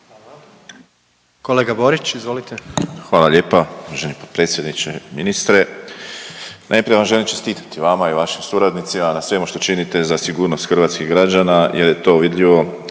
**Borić, Josip (HDZ)** Hvala lijepa. Uvaženi predsjedniče, ministre. Najprije vam želim čestitati vama i vašim suradnicima na svemu što činite za sigurnost hrvatskih građana jer je to vidljivo